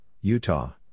Utah